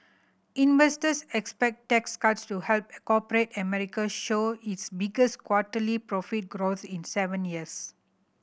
investors expect tax cuts to help corporate America show its biggest quarterly profit growth in seven years